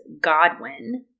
Godwin